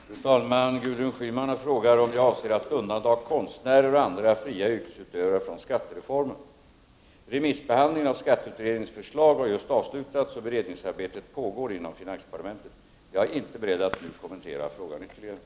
Fru talman! Gudrun Schyman frågar om jag avser att undanta konstnärer och andra fria yrkesutövare från skattereformen. Remissbehandlingen av skatteutredningarnas förslag har just avslutats och beredningsarbetet pågår inom finansdepartementet. Jag är inte beredd att nu kommentera frågan ytterligare.